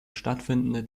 stattfindende